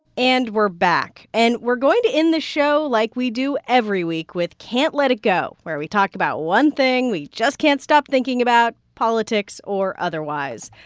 and we're back. and we're going to end the show, like we do every week, with can't let it go, where we talked about one thing we just can't stop thinking about, politics or otherwise.